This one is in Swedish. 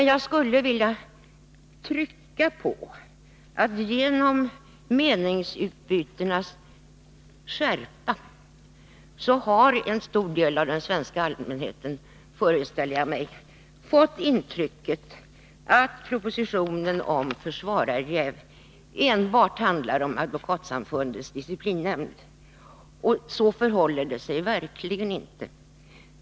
Jag skulle föreställa mig att en stor del av den svenska allmänheten på grund av meningsutbytenas skärpa fått intrycket att propositionen om försvararjäv enbart handlar om Advokatsamfundets disciplinnämnd, men så är verkligen inte fallet.